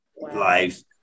life